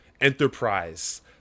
enterprise